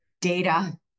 data